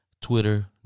Twitter